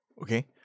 okay